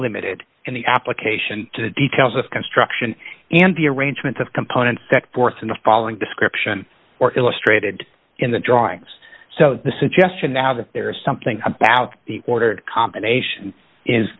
limited in the application to the details of construction and the arrangements of components set forth in the following description illustrated in the drawings so the suggestion that there is something about the ordered combination is